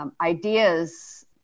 Ideas